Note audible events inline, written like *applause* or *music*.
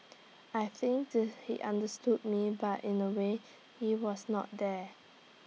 *noise* I think *unintelligible* he understood me but in A way *noise* he was not there